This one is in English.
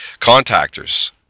Contactors